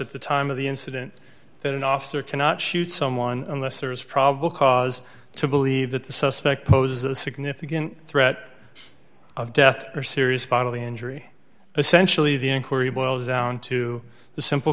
at the time of the incident that an officer cannot shoot someone unless there is probable cause to believe that the suspect poses a significant threat of death or serious bodily injury essentially the inquiry boils down to the simple